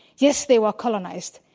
yes, they were colonized,